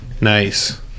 Nice